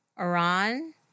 Iran